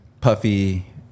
puffy